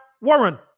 Warren